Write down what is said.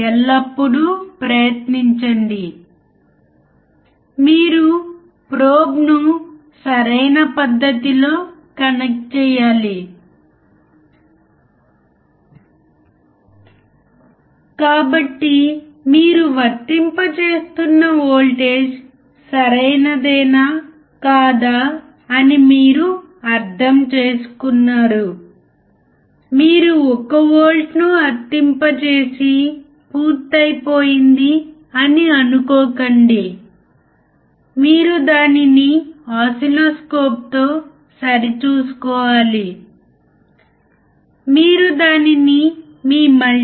మనము ఉపయోగించే voltage follower మనము దానిని యూనిటీ గెయిన్ యాంప్లిఫైయర్గా సమానమైన వోల్టేజ్ ఫాలోవర్ మోడల్గా ఉపయోగిస్తాము మీరు తెరపై చూడగలిగినట్లుగా మనము దానిని గీయవచ్చు